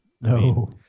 No